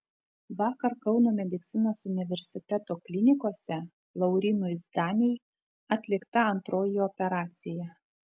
vakar kauno medicinos universiteto klinikose laurynui zdaniui atlikta antroji operacija